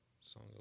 Song